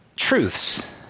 Truths